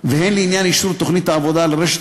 והן לעניין אישור תוכנית העבודה לרשת